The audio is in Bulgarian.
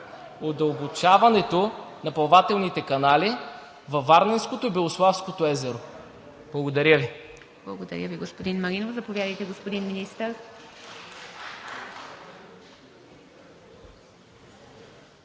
удълбочаването на плавателните канали във Варненското и Белославското езеро? Благодаря Ви. ПРЕДСЕДАТЕЛ ИВА МИТЕВА: Благодаря Ви, господин Малинов. Заповядайте, господин Министър.